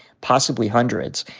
possibly hundreds,